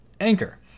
Anchor